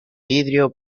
vidrio